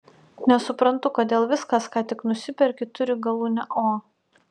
nesuprantu kodėl viskas ką tik nusiperki turi galūnę o